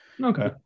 Okay